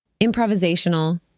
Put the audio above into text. improvisational